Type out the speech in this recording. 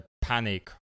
panic